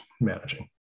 managing